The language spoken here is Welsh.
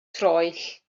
troell